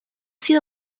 sido